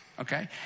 okay